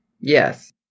Yes